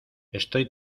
estoy